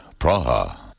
Praha